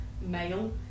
male